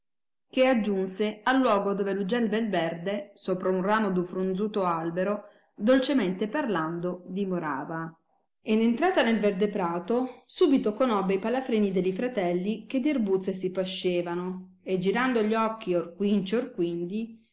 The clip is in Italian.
che aggiunse al luogo dove gente del verde sopra un ramo d un fronzuto albero dolcemente parlando dimorava ed entrata nel verde prato subito conobbe i palafreni delli fratelli che di erbuzze si pascevano e girando gli occhi or quinci